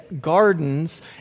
gardens